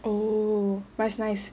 oh but it's nice